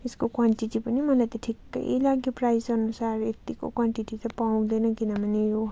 उसको क्वान्टिटी पनि मैले त ठिकै लाग्यो प्राइस अनुसार यतिको क्वान्टिटी त पाउँदैन किनभने यो